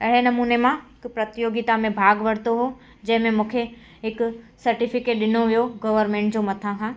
अहिड़े नमूने मां प्रतियोगिता में भाॻु वरितो हो जंहिं में मूंखे हिकु सर्टिफ़िकेट ॾिनो वियो गवर्मेंट जो मथां खां